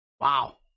Wow